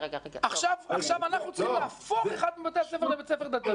עכשיו אנחנו צריכים להפוך אחד מבתי הספר האלה לבית ספר דתי.